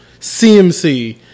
CMC